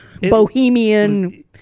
Bohemian